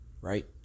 Right